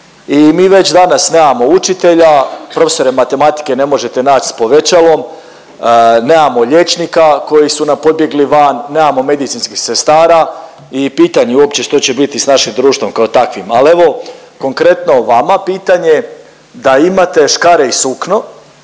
I mi već danas nemamo učitelja, profesore matematike ne možete naći sa povećalom, nemamo liječnika koji su nam pobjegli van, nemamo medicinskih sestara i pitanje uopće što će biti sa našim društvom kao takvim. Ali evo konkretno vama pitanje. Da imate škare i sukno